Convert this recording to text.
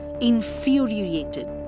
infuriated